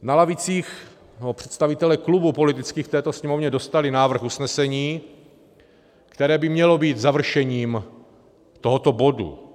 Na lavicích představitelé politických klubů v této Sněmovně dostali návrh usnesení, které by mělo být završením tohoto bodu.